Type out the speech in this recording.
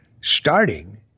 starting